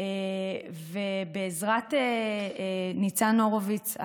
ובעזרת ניצן הורוביץ,